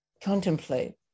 contemplate